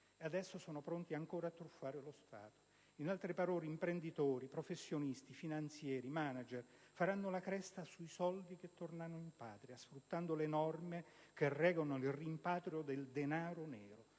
adesso sono pronti ancora a truffare lo Stato. In altre parole, imprenditori, professionisti, finanzieri e manager faranno la cresta sui soldi che tornano in patria, sfruttando le norme che regolano il rimpatrio del denaro nero.